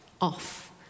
off